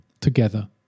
together